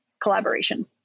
collaboration